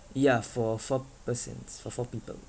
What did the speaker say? yeah for four persons for four people